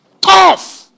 Tough